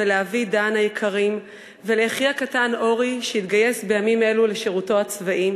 ועיסאווי נבחר לכנסת ברשימת מרצ.